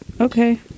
okay